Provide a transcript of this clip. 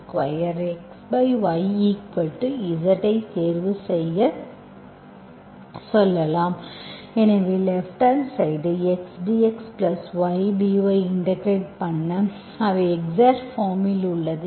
ஐத் தேர்வுசெய்ய சொல்லலாம் எனவே லேப்ட் ஹாண்ட் சைடு xdxydyஇன்டெகிரெட் பண்ண அவை எக்ஸாக்ட் பார்ம் இல் உள்ளன